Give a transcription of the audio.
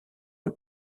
eux